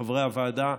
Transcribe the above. חברי הוועדה,